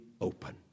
open